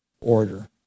order